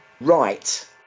right